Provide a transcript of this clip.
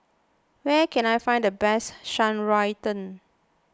where can I find the best Shan Rui Tang